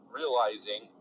realizing